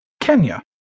Kenya